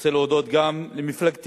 רוצה להודות גם למפלגתי,